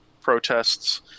protests